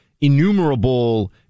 innumerable